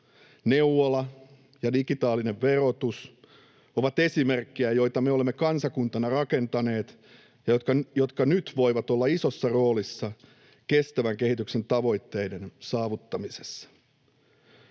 Neuvola ja digitaalinen verotus ovat esimerkkejä, joita me olemme kansakuntana rakentaneet ja jotka nyt voivat olla isossa roolissa kestävän kehityksen tavoitteiden saavuttamisessa.